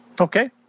Okay